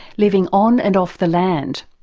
living on and off the land.